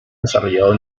desarrollado